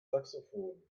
saxophon